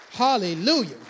Hallelujah